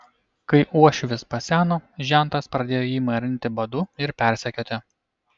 kai uošvis paseno žentas pradėjo jį marinti badu ir persekioti